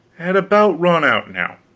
had about run out now.